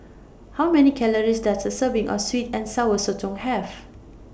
How Many Calories Does A Serving of Sweet and Sour Sotong Have